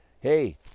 hey